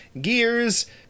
gears